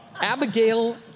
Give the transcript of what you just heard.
Abigail